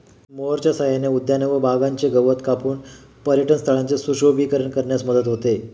मोअरच्या सहाय्याने उद्याने व बागांचे गवत कापून पर्यटनस्थळांचे सुशोभीकरण करण्यास मदत होते